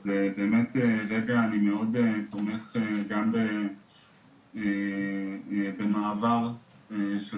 אז באמת אני מאוד תומך גם במעבר של